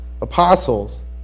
apostles